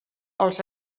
als